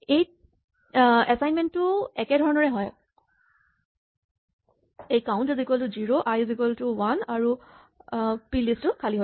assignment টো একেধৰণৰে হয় count is equal to zero i is equal to one আৰু পিলিষ্ট টো খালী